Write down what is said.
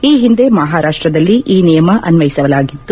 ಈ ಹಿಂದೆ ಮಹಾರಾಷ್ಟದಲ್ಲಿ ಈ ನಿಯಮ ಅನ್ವಯಿಸಲಾಗಿತ್ತು